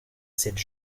cette